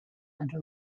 under